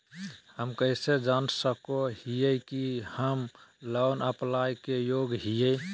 हम कइसे जान सको हियै कि हम लोन अप्लाई के योग्य हियै?